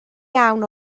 iawn